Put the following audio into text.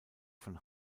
von